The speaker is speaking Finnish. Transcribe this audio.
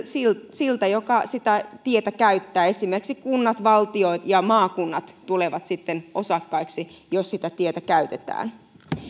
siltä joka sitä tietä käyttää esimerkiksi kunnat valtio ja maakunnat tulevat osakkaiksi jos sitä tietä käytetään